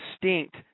distinct